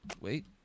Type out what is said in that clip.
Wait